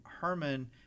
Herman